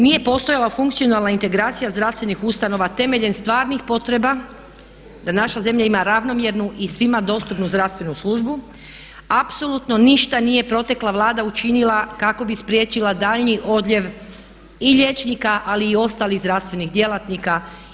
Nije postojala funkcionalna integracija zdravstvenih ustanova temeljem stvarnih potreba da naša zemlja ima ravnomjernu i svima dostupnu zdravstvenu službu, apsolutno ništa nije protekla Vlada učinila kako bi spriječila daljnji odljev i liječnika ali i ostalih zdravstvenih djelatnika.